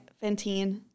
Fantine